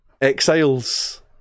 Exiles